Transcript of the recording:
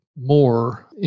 more